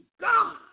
God